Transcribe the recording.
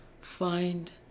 find